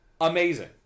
Amazing